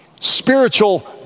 Spiritual